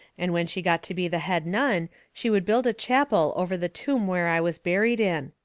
and when she got to be the head nun she would build a chapel over the tomb where i was buried in.